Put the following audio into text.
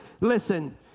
listen